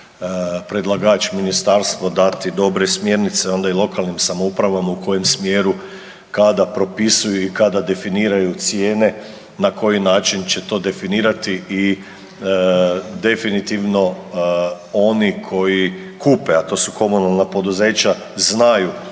predlagač ministarstvo dati dobre smjernice onda i lokalnim samoupravama u kojem u kojem smjeru kada propisuju i kada definiraju cijene na koji način će to definirati i definitivno oni koji kupe, a to su komunalna poduzeća znaju